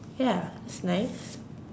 ya that's nice